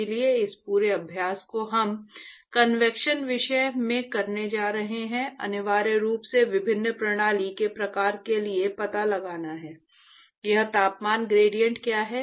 इसलिए इस पूरे अभ्यास को हम कन्वेक्शन विषय में करने जा रहे हैं अनिवार्य रूप से विभिन्न प्रणाली के प्रकार के लिए पता लगाना है यह तापमान ग्रेडिएंट क्या है